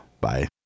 bye